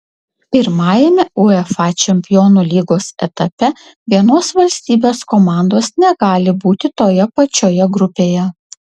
pirmajame uefa čempionų lygos etape vienos valstybės komandos negali būti toje pačioje grupėje